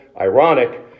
ironic